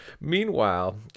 meanwhile